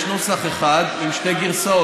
יש נוסח אחד עם שתי גרסאות.